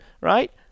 right